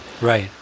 Right